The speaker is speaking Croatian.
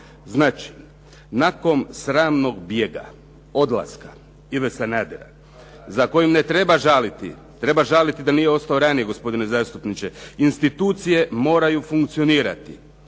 Znači, nakon sramnog bijega, odlaska Ive Sanadera za kojim ne treba žaliti, treba žaliti da nije ostao ranije, gospodine zastupniče, institucije moraju funkcionirati